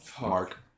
Mark